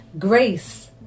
Grace